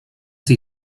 sie